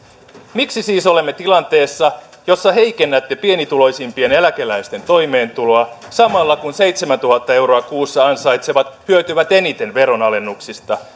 miksi siis olemme tilanteessa jossa heikennätte pienituloisimpien eläkeläisten toimeentuloa samalla kun seitsemäntuhatta euroa kuussa ansaitsevat hyötyvät eniten veronalennuksista